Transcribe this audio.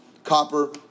Copper